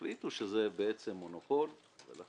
מפעל כמו "מלט הר-טוב" זה לא הדלקנו את האור,